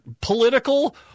political